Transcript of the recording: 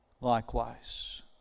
likewise